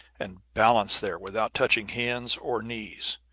and balance there without touching hands or knees,